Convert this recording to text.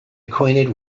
acquainted